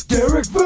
Derek